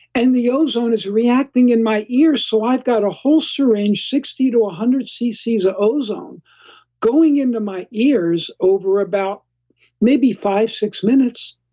and the ozone is reacting in my ear. so, i've got a whole syringe, sixty to one hundred cc's of ozone going into my ears, over about maybe five, six minutes,